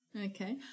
Okay